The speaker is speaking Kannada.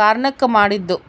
ಕಾರಣುಕ್ ಮಾಡಿದ್ದು